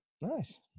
Nice